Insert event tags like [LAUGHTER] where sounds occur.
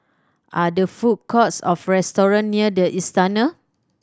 are there food courts or [UNINTELLIGIBLE] near The Istana